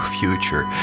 future